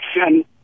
action